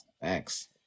thanks